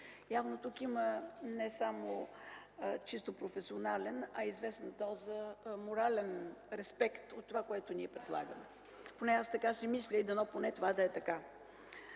Явно тук има не само чисто професионален, а известна доза морален респект от това, което предлагаме. Поне аз така си мисля и дано това да е така.